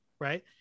right